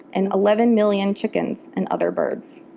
and eleven million chickens and other birds.